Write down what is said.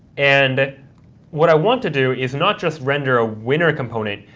and what i want to do is not just render a winner component,